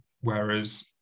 whereas